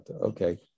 Okay